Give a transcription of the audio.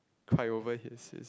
cry over his his